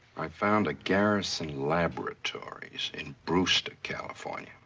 i found a garrison laboratories in brewster, california.